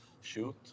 shoot